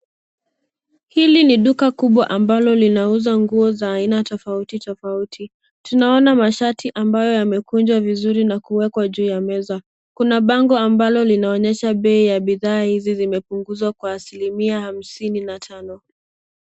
Hili ni duka kubwa ambalo linauzwa nguo za aina tofauti tofauti. Tunaona mashati ambayo yamekunjwa vizuri na kuwekwa juu ya meza. Kuna bango ambalo linaonyesha bei ya bidhaa hizi zimepunguzwa kwa asilimia hamsini na tano.